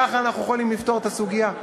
ככה אנחנו יכולים לפתור את הסוגיה?